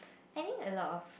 I think a lot of